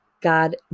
God